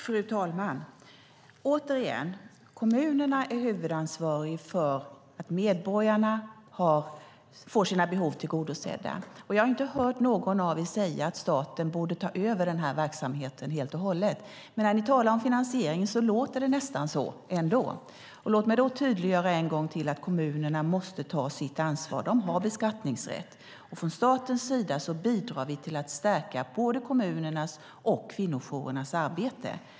Fru talman! Återigen: Kommunerna är huvudansvariga för att medborgarna får sina behov tillgodosedda. Jag har inte hört någon av er säga att staten borde ta över den här verksamheten helt och hållet. Men när ni talar om finansiering låter det nästan så ändå. Låt mig då tydliggöra en gång till att kommunerna måste ta sitt ansvar. De har beskattningsrätt. Från statens sida bidrar vi till att stärka både kommunernas och kvinnojourernas arbete.